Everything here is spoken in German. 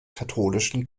katholischen